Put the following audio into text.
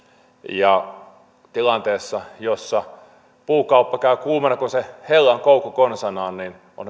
tilanteessa jossa puukauppa käy kuumana kuin se hellankoukku konsanaan on